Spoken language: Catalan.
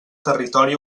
territori